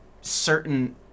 certain